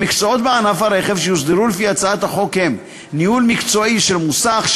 המקצועות בענף הרכב שיוסדרו לפי הצעת החוק הם: ניהול מקצועי של מוסך,